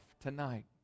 tonight